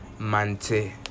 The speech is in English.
mante